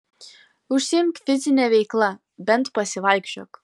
užsiimk fizine veikla bent pasivaikščiok